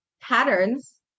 patterns